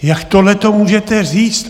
Jak tohleto můžete říct?